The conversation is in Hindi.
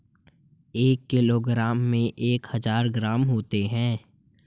एक किलोग्राम में एक हजार ग्राम होते हैं